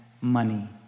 money